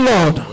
Lord